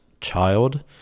child